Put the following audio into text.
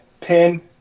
pin